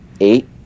eight